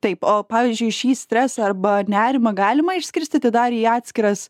taip o pavyzdžiui šį stresą arba nerimą galima išskirstyti dar į atskiras